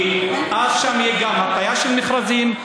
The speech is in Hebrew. כי אז תהיה שם גם בעיה של מכרזים,